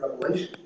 Revelation